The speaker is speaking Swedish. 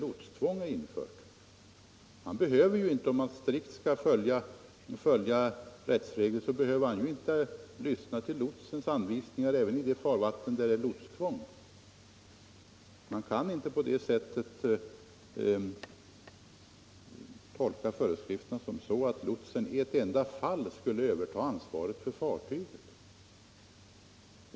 Om man strikt skall följa rättsreglerna, så behöver befälhavaren inte lyssna till lotsens anvisningar ens i de farvatten där det är lotstvång. Man kan inte tolka föreskrifterna så att lotsen i ett enda fall skulle överta ansvaret för fartyget.